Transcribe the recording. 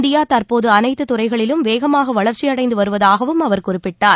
India தற்போது அனைத்துத் துறைகளிலும் வேகமாக வளர்ச்சி அடைந்து வருவதாகவும் அவர் குறிப்பிட்டார்